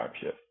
shift